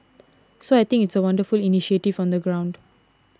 so I think it's a wonderful initiative on the ground